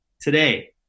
today